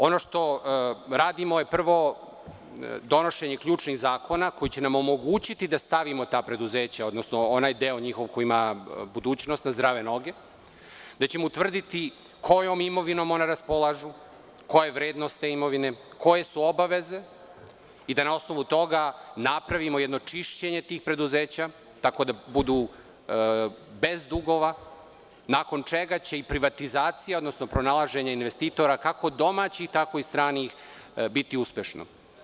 Ono što radimo je, prvo donošenje ključnih zakona koji će nam omogućiti da stavimo ta preduzeća, odnosno onaj deo njihov koji ima budućnost, zdrave noge, da ćemo utvrditi kojom imovinom ona raspolažu, koja je vrednost te imovine, koje su obaveze i da na osnovu toga napravimo jedno čišćenje tih preduzeća tako da budu bez dugova, nakon čega će i privatizacija, odnosno pronalaženje investitora, kako domaćih tako i stranih, biti uspešno.